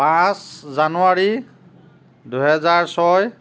পাঁচ জানুৱাৰী দুহেজাৰ ছয়